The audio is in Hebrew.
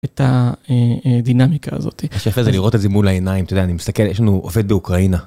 את הדינמיקה הזאת, מה שיפה זה לראות את זה מול העיניים שאני מסתכל יש לנו עובד באוקראינה.